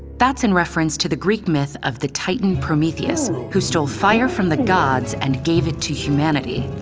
that's in reference to the greek myth of the titan prometheus who stole fire from the gods and gave it to humanity.